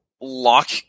lock